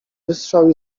wystrzał